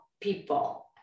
people